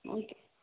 okay